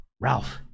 Ralph